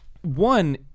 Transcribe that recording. one –